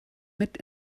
mit